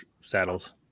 saddles